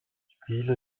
spiele